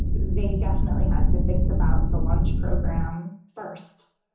they definitely had to think about the lunch program first